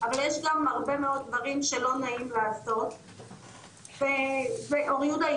אבל יש גם הרבה מאוד דברים שלא נעים לעשות ואור יהודה היא